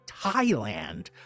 Thailand